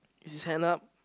is his hand up